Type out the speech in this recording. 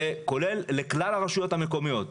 זה כולל לכלל הרשויות המקומיות,